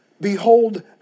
behold